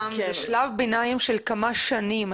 בשלב ביניים של כמה שנים,